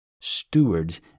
stewards